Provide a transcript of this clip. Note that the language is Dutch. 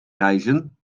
reizen